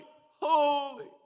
Holy